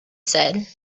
said